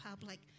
public